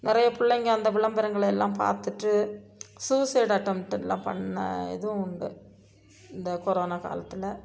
நிறைய பிள்ளைங்க அந்த விளம்பரங்கள் எல்லாம் பார்த்துட்டு சூசைட் அட்டம்ட் எல்லாம் பண்ண இதுவும் உண்டு இந்த கொரோனா காலத்தில்